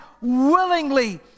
willingly